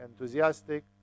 enthusiastic